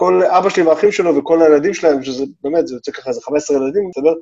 כל... אבא שלי ואחים שלו וכל הילדים שלהם, שזה, באמת, זה יוצא ככה איזה 15 ילדים, זה לא...